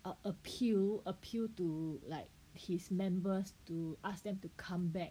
ah appeal appeal to like his members to ask them to come back